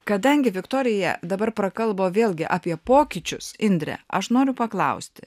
kadangi viktorija dabar prakalbo vėlgi apie pokyčius indre aš noriu paklausti